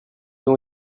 ont